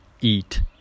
eat